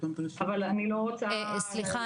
אבל אני לא רוצה --- סליחה,